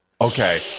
Okay